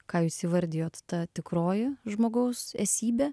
ką jūs įvardijot ta tikroji žmogaus esybė